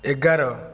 ଏଗାର